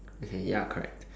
okay ya correct